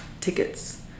tickets